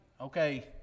Okay